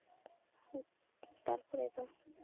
ᱛᱟᱨᱯᱚᱨᱮ ᱫᱚ